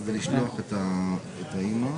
אני מסתכלת על סעיף 428ו,